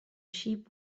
sheep